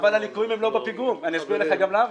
אבל הליקויים הם לא בפיגום, אני אסביר לך גם למה.